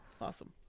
Awesome